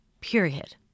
period